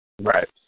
Right